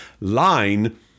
line